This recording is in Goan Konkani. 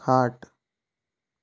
खाट